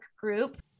group